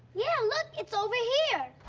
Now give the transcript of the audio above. yeah, look, it's over here.